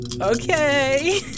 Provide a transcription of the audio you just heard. Okay